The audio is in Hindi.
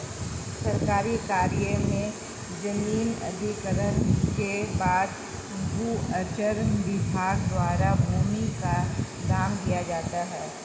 सरकारी कार्य में जमीन अधिग्रहण के बाद भू अर्जन विभाग द्वारा भूमि का दाम दिया जाता है